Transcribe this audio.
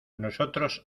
nosotros